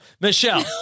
michelle